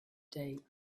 day